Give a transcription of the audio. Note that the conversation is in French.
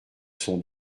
son